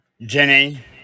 Jenny